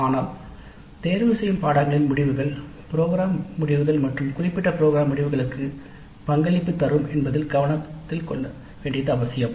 ஆனால் தேர்ந்தெடுக்கப்பட்ட படிப்புகளின் முடிவுக ள்ப்ரோக்ராம் முடிவுகள் மற்றும் குறிப்பிட்ட ப்ரோக்ராம் முடிவுகளுக்கு பங்களிப்பு தரும் என்பதை கவனத்தில் கொள்ள வேண்டியது அவசியம்